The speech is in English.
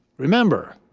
remember,